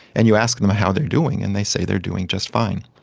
and you ask them how they are doing and they say they are doing just fine.